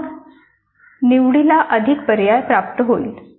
मग निवडीला अधिक अर्थ प्राप्त होईल